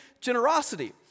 generosity